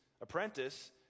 apprentice